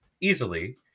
easily